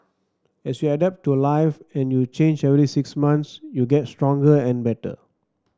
as you adapt to life and you change every six months you get stronger and better